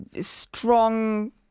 strong